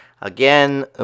again